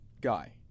guy